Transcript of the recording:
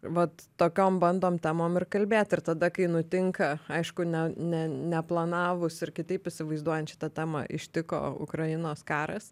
vat tokiom bandom temom ir kalbėt ir tada kai nutinka aišku ne ne neplanavus ir kitaip įsivaizduojant šitą temą ištiko ukrainos karas